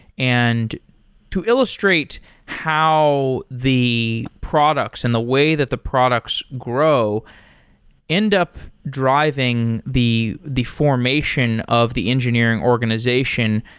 and to illustrate how the products and the way that the products grow ended up dr iving the the formation of the engineering organization,